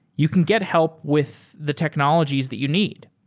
you can get help with the technologies that you need.